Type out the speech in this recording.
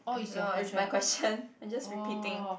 I know it's my question I just repeating